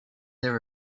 there